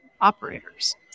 operators